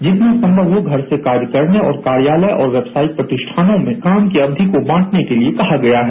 जितना संभव हो घर से कार्य करने और कार्यालय और वेबसाइट प्रतिष्ठानों में काम की अवधि को बांटने के लिए कहा गया है